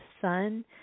sun